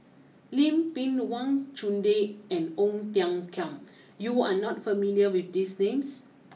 Lim Pin Wang Chunde and Ong Tiong Khiam you are not familiar with these names